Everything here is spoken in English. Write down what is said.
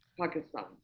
Pakistan